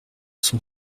son